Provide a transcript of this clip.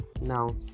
now